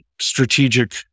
strategic